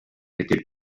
n’était